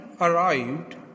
arrived